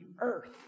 earth